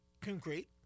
concrete